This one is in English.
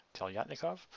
Telyatnikov